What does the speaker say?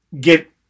get